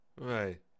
Right